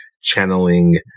channeling